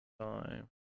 time